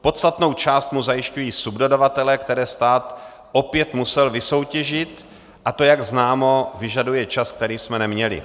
Podstatnou část mu zajišťují subdodavatelé, které stát opět musel vysoutěžit, a to, jak známo, vyžaduje čas, který jsme neměli.